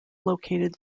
located